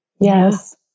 Yes